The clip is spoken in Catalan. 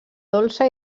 dolça